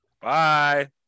Bye